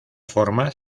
formas